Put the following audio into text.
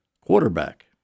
Quarterback